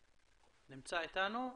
מויאל נמצא איתנו?